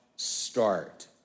start